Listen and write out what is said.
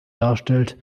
darstellt